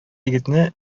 егетне